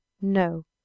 No